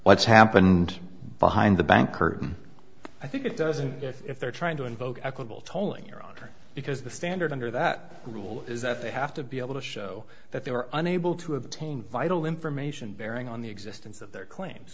what's happened behind the bank curtain i think it doesn't if they're trying to invoke equable tolling your honor because the standard under that rule is that they have to be able to show that they were unable to obtain vital information bearing on the existence of their claim